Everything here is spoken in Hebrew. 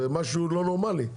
זה משהו לא נורמלי.